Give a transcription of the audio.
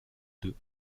deux